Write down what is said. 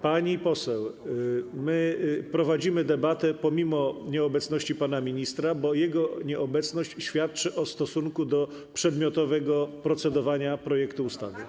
Pani poseł, my prowadzimy debatę pomimo nieobecności pana ministra, bo jego nieobecność świadczy o stosunku do przedmiotowego procedowania nad projektem ustawy.